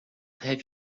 have